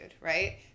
right